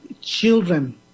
children